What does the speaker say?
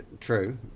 true